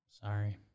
Sorry